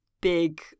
big